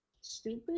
stupid